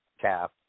calf